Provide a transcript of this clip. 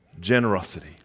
generosity